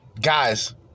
Guys